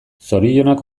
zorionak